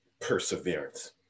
perseverance